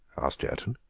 asked jerton.